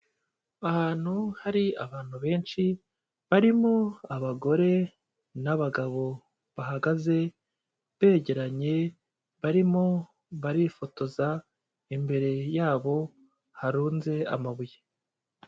Ahantu hari abantu benshi barimo abagore n'abagabo, bahagaze begeranye, barimo barifotoza, imbere yabo harunze amabuye.